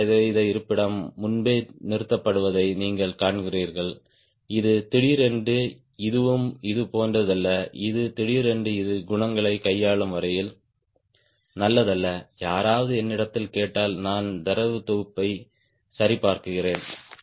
15 சதவிகித இருப்பிடம் முன்பே நிறுத்தப்படுவதை நீங்கள் காண்கிறீர்கள் இது திடீரென்று இதுவும் இது போன்றதல்ல இது திடீரென்று இது குணங்களைக் கையாளும் வரையில் நல்லதல்ல யாராவது என்னிடம் கேட்டால் நான் தரவுத் தொகுப்பை சரிபார்க்கிறேன்